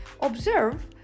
Observe